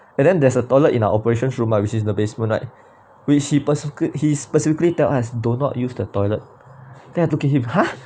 and then there's a toilet in our operations room lah which is in the basement right which he specifi~ he specifically tell us do not use the toilet then I look at him !huh!